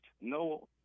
no